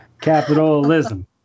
Capitalism